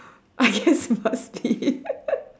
I guess must be